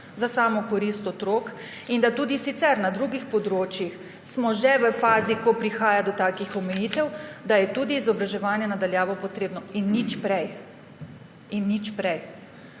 za samo korist otrok, in da smo tudi sicer na drugih področjih že v fazi, ko prihaja do takih omejitev, da je izobraževanje na daljavo potrebno, in nič prej. In nič prej.